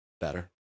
better